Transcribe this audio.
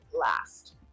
last